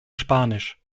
spanisch